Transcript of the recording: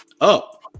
up